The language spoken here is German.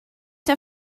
der